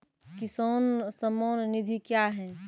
किसान सम्मान निधि क्या हैं?